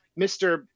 Mr